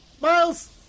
Miles